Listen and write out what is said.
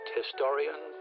historian